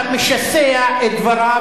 אתה משסע את דבריו,